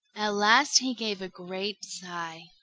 at last he gave a great sigh.